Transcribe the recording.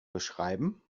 beschreiben